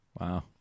Wow